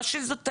מה שזאת האמת,